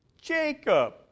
Jacob